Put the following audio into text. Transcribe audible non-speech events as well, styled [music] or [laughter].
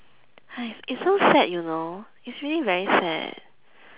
[noise] it's so sad you know it's really very sad